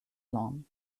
lawn